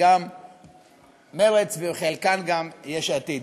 וגם מרצ, וחלקן גם בשם יש עתיד.